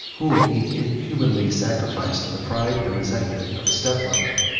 whom he inhumanly sacrificed to the pride and resentment of a step-mother.